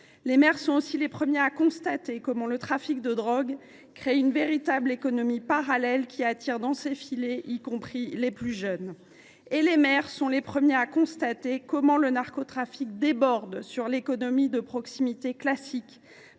Les maires sont aussi les premiers à constater à quel point le trafic de drogue crée une véritable économie parallèle, attirant dans ses filets jusqu’aux plus jeunes. Ils sont encore les premiers à constater comment le narcotrafic déborde sur l’économie de proximité classique